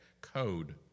code